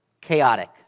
chaotic